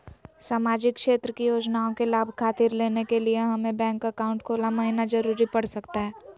सामाजिक क्षेत्र की योजनाओं के लाभ खातिर लेने के लिए हमें बैंक अकाउंट खोला महिना जरूरी पड़ सकता है?